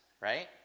right